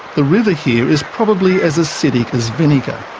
the river here is probably as acidic as vinegar,